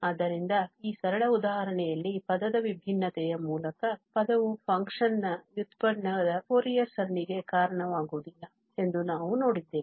ಆದ್ದರಿಂದ ಈ ಸರಳ ಉದಾಹರಣೆಯಲ್ಲಿ ಪದದ ವಿಭಿನ್ನತೆಯ ಮೂಲಕ ಪದವು ಫಂಕ್ಷನ್ನ ವ್ಯುತ್ಪನ್ನದ ಫೋರಿಯರ್ ಸರಣಿಗೆ ಕಾರಣವಾಗುವುದಿಲ್ಲ ಎಂದು ನಾವು ನೋಡಿದ್ದೇವೆ